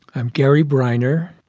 i'm gary bryner,